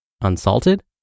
Unsalted